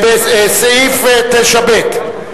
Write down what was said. סעיף 9(ב),